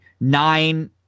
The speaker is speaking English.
nine